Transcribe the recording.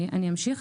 אני אמשיך.